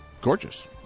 gorgeous